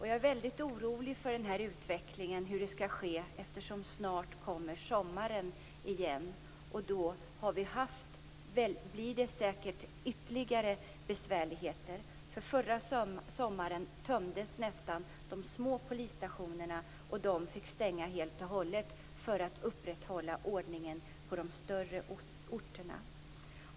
Jag är väldigt orolig för den här utvecklingen och för vad som skall ske. Snart kommer sommaren igen, och då blir det säkert ytterligare besvärligheter. Förra sommaren tömdes nästan de små polisstationerna. Man fick stänga helt och hållet för att upprätthålla ordningen på de större orterna.